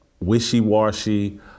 wishy-washy